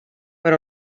per